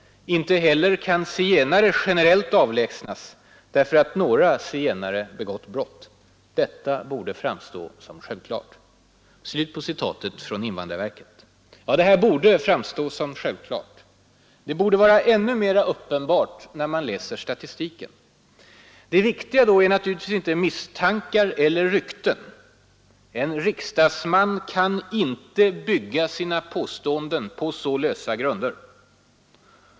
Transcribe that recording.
Inte heller kan zigenare generellt avlägsnas därför att några zigenare begått brott. Detta borde framstå som självklart.” Ja, det borde framstå som självklart. Det borde vara ännu mer uppenbart, om man läser statistiken. Det viktiga då är naturligtvis inte misstankar eller rykten — en riksdagsman kan inte bygga sina påståenden på så lösa grunder.